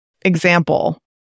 example